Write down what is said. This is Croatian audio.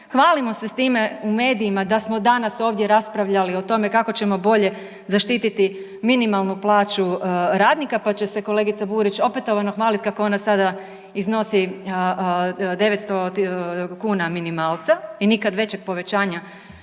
hvalimo se s time u medijima da smo danas ovdje raspravljali o tome kako ćemo bolje zaštititi minimalnu plaću radnika, pa će se kolegica Burić opetovano hvaliti kako ona sada iznosi 900 kuna minimalca i nikad većeg povećanja